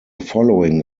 following